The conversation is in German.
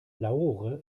lahore